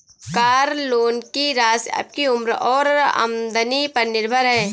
car loan की राशि आपकी उम्र और आमदनी पर निर्भर है